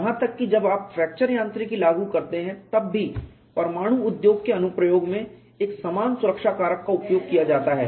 यहां तक की जब आप फ्रैक्चर यांत्रिकी लागू करते हैं तब भी परमाणु उद्योग के अनुप्रयोग में एक समान सुरक्षा कारक का उपयोग किया जाता है